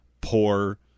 poor